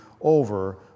over